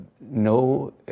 no